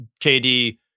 KD